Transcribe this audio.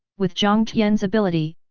with jiang tian's ability,